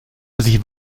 sie